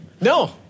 No